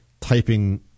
typing